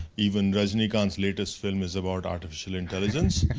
even resnick anns latest film is about artificial intelligence.